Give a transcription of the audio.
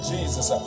Jesus